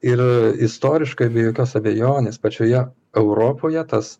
ir istoriškai be jokios abejonės pačioje europoje tas